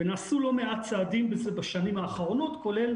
נעשו לא מעט צעדים בשנים האחרונות, כולל